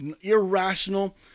irrational